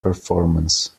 performance